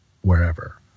wherever